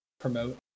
promote